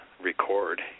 record